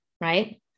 right